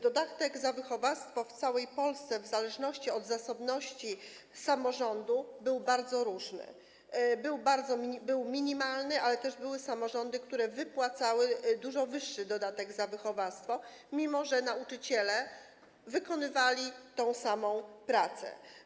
Dodatek za wychowawstwo w całej Polsce w zależności od zasobności samorządu był bardzo różny, był minimalny, ale też były samorządy, które wypłacały dużo wyższy dodatek za wychowawstwo, mimo że nauczyciele wykonywali tę samą pracę.